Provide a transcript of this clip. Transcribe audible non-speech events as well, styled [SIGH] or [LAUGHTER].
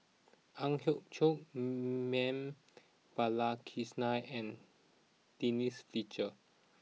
Ang Hiong Chiok [HESITATION] Ma'am Balakrishnan and Denise Fletcher